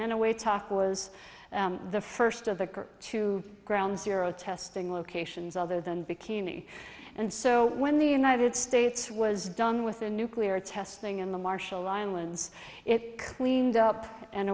in a way talk was the first of the two ground zero testing locations other than bikini and so when the united states was done with the nuclear testing in the marshall islands it cleaned up and